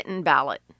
ballot